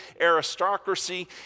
aristocracy